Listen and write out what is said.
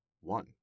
one